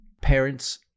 parents